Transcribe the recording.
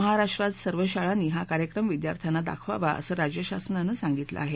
महाराष्ट्रात सर्व शाळांनी हा कार्यक्रम विद्यार्थ्यांना दाखवावा असं राज्यशासनानं सांगितलं आहे